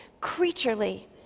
creaturely